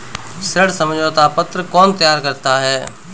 ऋण समझौता पत्र कौन तैयार करता है?